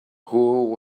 who